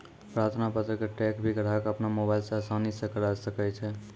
प्रार्थना पत्र क ट्रैक भी ग्राहक अपनो मोबाइल स आसानी स करअ सकै छै